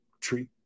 tree